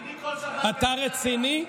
אתה רציני?